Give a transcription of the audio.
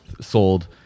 sold